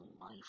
life